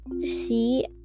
see